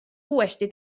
uuesti